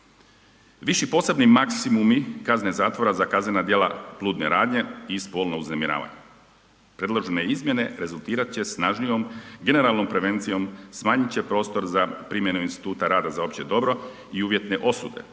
viši posebni maksimumi kazne zatvora za kaznena djela bludne radnje i spolno uznemiravanje. Predložene izmjene rezultirat će snažnijom generalnom prevencijom, smanjit će prostor za primjenu instituta rada za opće dobro i uvjetne osude